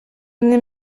n’est